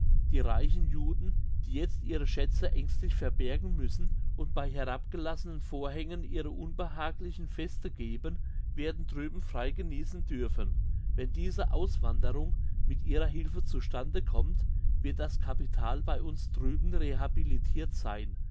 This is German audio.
die reichen juden die jetzt ihre schätze ängstlich verbergen müssen und bei herabgelassenen vorhängen ihre unbehaglichen feste geben werden drüben frei geniessen dürfen wenn diese auswanderung mit ihrer hilfe zustandekommt wird das capital bei uns drüben rehabilitirt sein